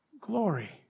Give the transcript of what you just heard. glory